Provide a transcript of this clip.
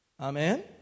Amen